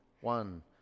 one